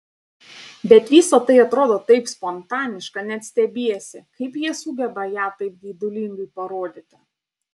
bet visa tai atrodo taip spontaniška net stebiesi kaip jie sugeba ją taip geidulingai parodyti